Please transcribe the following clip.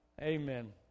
Amen